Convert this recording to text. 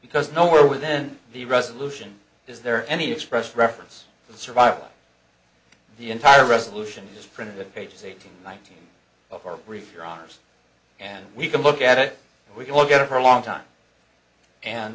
because nowhere with then the resolution is there any expressed reference to the survival of the entire resolution is printed pages eighteen nineteen of our brief your ours and we can look at it and we can look at it for a long time and